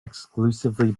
exclusively